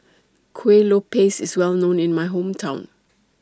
Kueh Lopes IS Well known in My Hometown